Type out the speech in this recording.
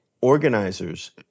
Organizers